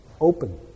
Open